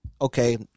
Okay